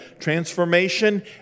transformation